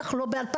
בטח לא ב-2023,